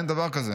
אין דבר כזה.